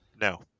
No